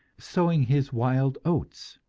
sowing his wild oats.